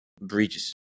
bridges